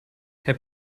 herr